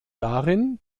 darin